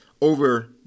over